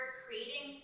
creating